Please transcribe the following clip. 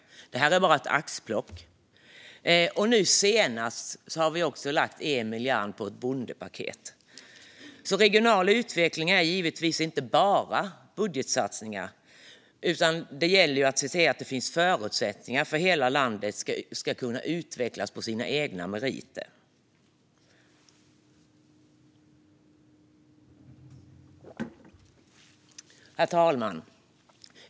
Det här är bara ett axplock. Nu senast har vi också lagt 1 miljard på ett bondepaket. Regional utveckling är givetvis inte bara budgetsatsningar. Det gäller också att se till att det finns förutsättningar för hela landet att utvecklas på egna meriter. Herr talman!